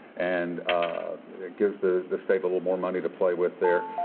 and it gives the the state a little more money to play with there.